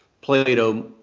Plato